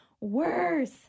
worse